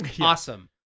Awesome